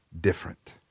different